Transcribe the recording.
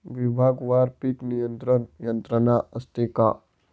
विभागवार पीक नियंत्रण यंत्रणा असते का?